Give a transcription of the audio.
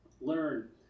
learn